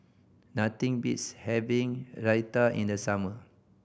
nothing beats having Raita in the summer